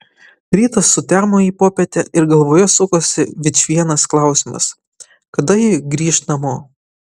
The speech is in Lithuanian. rytas sutemo į popietę ir galvoje sukosi vičvienas klausimas kada ji grįš namo